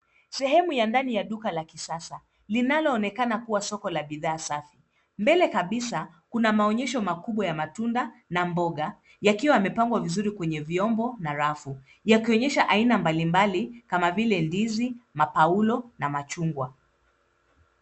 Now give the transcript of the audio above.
Sehemu ya ndani ya duka la kisasa, linaloonekana kuwa soko la bidhaa safi. Mbele kabisa kuna maonyesho makubwa ya matunda na mboga, yakiwa yamepangwa vizuri kwenye vyombo na rafu, yakionyesha aina mbalimbali kama vile ndizi, mapaulo na machungwa.